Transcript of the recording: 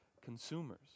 consumers